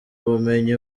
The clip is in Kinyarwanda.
ubumenyi